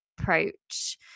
approach